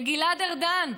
לגלעד ארדן,